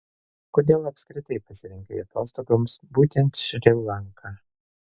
kodėl apskritai pasirinkai atostogoms būtent šri lanką